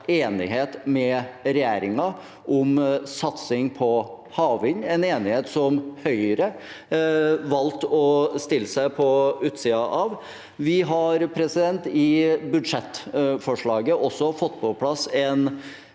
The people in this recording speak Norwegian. enighet med regjeringen om satsing på havvind, en enighet som Høyre valgte å stille seg på utsiden av. Vi har i budsjettforslaget også fått på plass 1